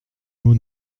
mot